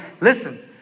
Listen